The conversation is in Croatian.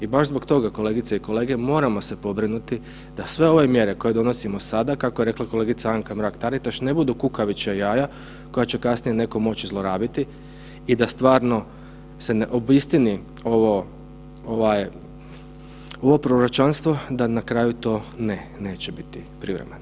I baš zbog toga kolegice i kolege, moramo se pobrinuti da sve ove mjere koje donosimo sada, kako je rekla kolegica Anka Mrak Taritaš ne budu kukavičja jaja koja će kasnije netko moći zlorabiti i da stvarno se ne obistini ovi proročanstvo da na kraju to ne, neće biti privremeno.